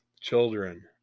children